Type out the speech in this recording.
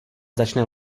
začne